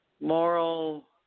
Moral